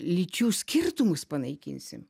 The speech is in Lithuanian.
lyčių skirtumus panaikinsim